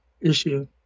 issue